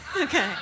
Okay